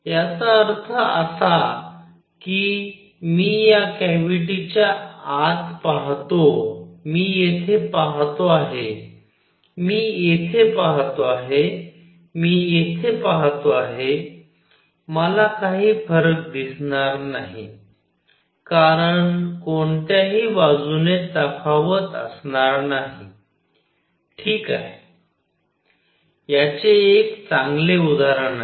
याचा अर्थ असा की मी या कॅव्हिटीच्या आत पाहतो मी येथे पाहतो आहे मी येथे पाहतो आहे मी येथे पाहतो आहे मला काही फरक दिसणार नाही कारण कोणत्याही बाजूने तफावत असणार नाही ठीक आहे याचे एक चांगले उदाहरण आहे